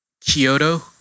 Kyoto